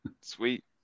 Sweet